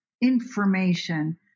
information